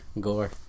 gore